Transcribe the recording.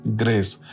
grace